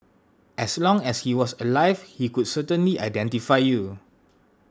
as long as he was alive he could certainly identify you